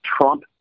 trump